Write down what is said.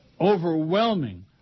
Overwhelming